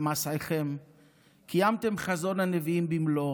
במסעכם קיימתם את חזון הנביאים במלואו.